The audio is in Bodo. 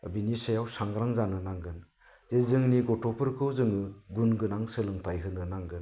बिनि सायाव सांग्रां जानो नांगोन जे जोंनि गथ'फोरखौ जोङो गुन गोनां सोलोंथाइ होनो नांगोन